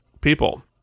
people